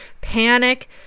panic